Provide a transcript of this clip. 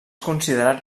considerat